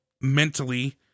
mentally